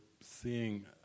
seeing